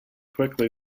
quickly